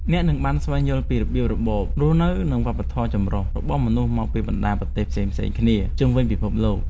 អ្នកនឹងបានស្វែងយល់ពីរបៀបរបបរស់នៅនិងវប្បធម៌ចម្រុះរបស់មនុស្សមកពីបណ្តាប្រទេសផ្សេងៗគ្នាជុំវិញពិភពលោក។